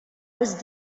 was